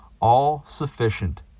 all-sufficient